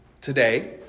today